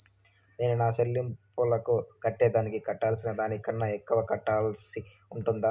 నేను నా సెల్లింపులకు కట్టేదానికి కట్టాల్సిన దానికన్నా ఎక్కువగా కట్టాల్సి ఉంటుందా?